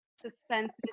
suspense